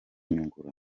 nyungura